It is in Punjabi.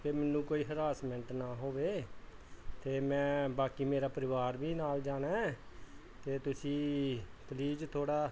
ਅਤੇ ਮੈਨੂੰ ਕੋਈ ਹਰਾਸਮੈਂਟ ਨਾ ਹੋਵੇ ਅਤੇ ਮੈਂ ਬਾਕੀ ਮੇਰਾ ਪਰਿਵਾਰ ਵੀ ਨਾਲ ਜਾਣਾ ਹੈ ਅਤੇ ਤੁਸੀਂ ਪਲੀਜ ਥੋੜ੍ਹਾ